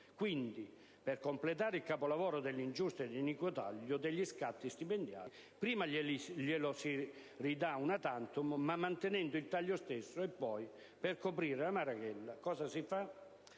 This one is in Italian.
Quindi, per completare il capolavoro dell'ingiusto ed iniquo taglio degli scatti stipendiali, prima glielo si ridà *una tantum*, ma mantenendo il taglio stesso, e poi, per coprire la marachella, cosa si fa?